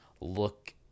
look